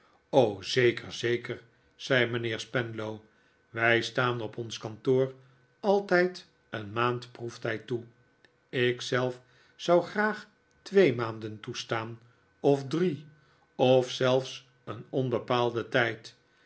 zeker zeker zei mijnheer spenlow wij staan op ons kantoor altijd een maand proeftijd toe ik zelf zou graag twee maanden toestaan of drie of zelfs een onbepaalden tijd